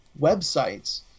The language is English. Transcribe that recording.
websites